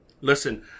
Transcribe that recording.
Listen